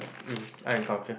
mm art and culture